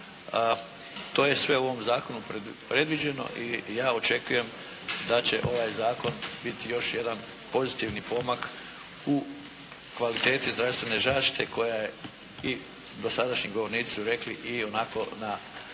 to je sve u ovom zakonu predviđeno i ja očekujem da će ovaj zakon biti još jedan pozitivan pomak u kvaliteti zdravstvene zaštite koja je i dosadašnji govornici su rekli, i onako na